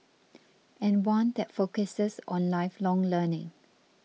and one that focuses on lifelong learning